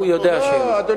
הוא יודע שלא.